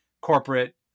corporate